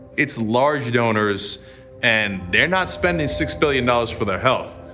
it's large donors and they're not spending six billion dollars for their health.